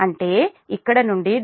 అంటే ఇక్కడ నుండి δmax π m1